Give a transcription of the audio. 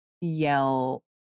yell